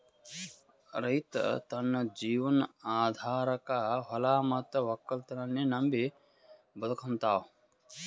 ರೈತ್ ತನ್ನ ಜೀವನ್ ಆಧಾರಕಾ ಹೊಲಾ ಮತ್ತ್ ವಕ್ಕಲತನನ್ನೇ ನಂಬಿ ಬದುಕಹಂತಾವ